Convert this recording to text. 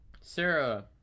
Sarah